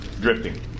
drifting